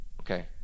Okay